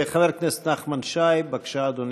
חבר הכנסת נחמן שי, בבקשה, אדוני.